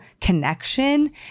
connection